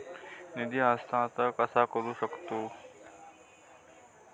निधी हस्तांतर कसा करू शकतू?